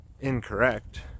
incorrect